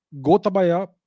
Gotabaya